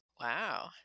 Wow